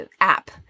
app